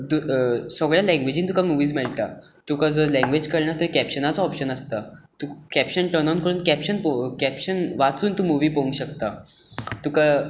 सगळ्या लंग्वेजीन तुका मुविझ मेळटा तुका जर लँग्वेज कळना थंय कॅप्शनाचो ऑपशन आसाता कॅप्शन टर्न ऑन करून कॅप्शन वाचून तूं मुवी पळोवंक शकता तुका